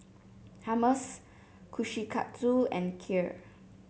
Hummus Kushikatsu and Kheer